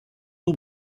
non